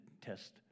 test